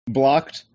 blocked